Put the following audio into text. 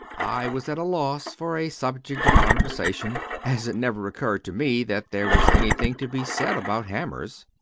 i was at a loss for a subject of conversation, as it never occurred to me that there was anything to be said about hammers.